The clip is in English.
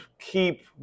keep